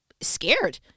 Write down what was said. scared